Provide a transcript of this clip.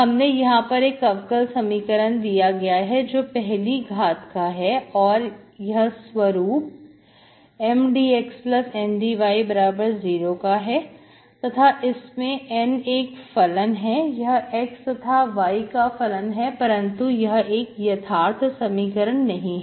हमें यहां पर एक अवकल समीकरण दिया गया है जो पहली घाट का है और यह इस स्वरूप M dxN dy0 का है तथा इसमें N एक फलन है यह x तथा y का फलन है परंतु यह एक यथार्थ समीकरण नहीं है